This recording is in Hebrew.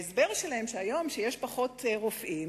ההסבר שלהם הוא שהיום, כשיש פחות רופאים,